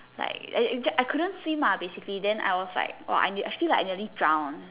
like you you I couldn't swim lah basically then I was like I feel like I nearly drowned